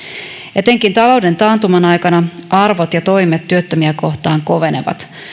etenkin talouden taantuman aikana arvot ja toimet työttömiä kohtaan kovenevat